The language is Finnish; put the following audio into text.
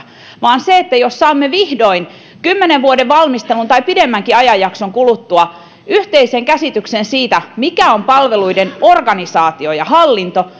vaan jos saamme vihdoin kymmenen vuoden valmistelun tai pidemmänkin ajanjakson kuluttua yhteisen käsityksen siitä mikä on palveluiden organisaatio ja hallinto